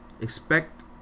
Expect